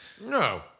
No